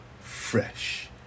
fresh